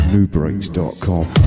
NewBreaks.com